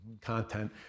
content